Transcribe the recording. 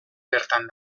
bertan